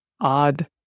odd